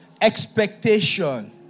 expectation